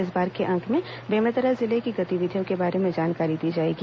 इस बार के अंक में बेमेतरा जिले की गतिविधियों के बारे में जानकारी दी जाएगी